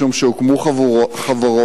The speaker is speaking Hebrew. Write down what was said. משום שהוקמו חברות